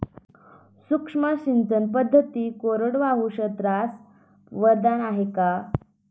सूक्ष्म सिंचन पद्धती कोरडवाहू क्षेत्रास वरदान आहे का?